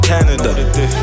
Canada